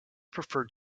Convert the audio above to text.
preferred